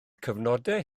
cyfnodau